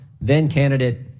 then-candidate